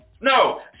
no